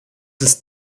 ist